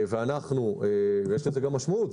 יש לזה משמעות,